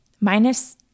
minus